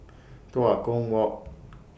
Tua Kong Walk